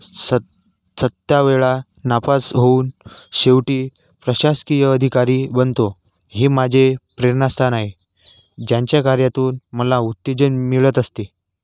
सत सात वेळा नापास होऊन शेवटी प्रशासकीय अधिकारी बनतो हे माझे प्रेरणास्थान आहे ज्यांच्या कार्यातून मला उत्तेजन मिळत असते